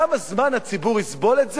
כמה זמן הציבור יסבול את זה,